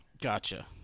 Gotcha